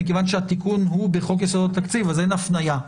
אין הפניה.